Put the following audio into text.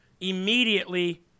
immediately